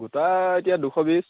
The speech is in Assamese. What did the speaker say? গোটা এতিয়া দুশ বিছ